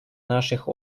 наших